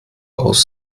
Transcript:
aus